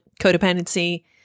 codependency